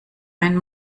ein